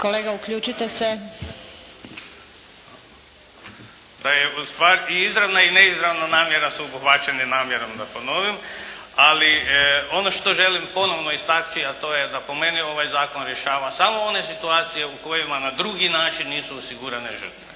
Vladimir (HDZ)** Da je u stvari i izravna i neizravna namjera su obuhvaćene su namjerom, da ponovim, ali ono što želim ponovno istaknuti, a to je da po meni ovaj zakon samo rješava samo one situacije u kojima na drugi način nisu osigurane žrtve,